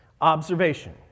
observation